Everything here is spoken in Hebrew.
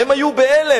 הם היו בהלם,